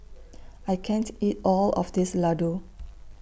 I can't eat All of This Ladoo